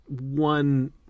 one